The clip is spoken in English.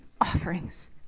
offerings